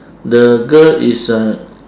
the girl is uh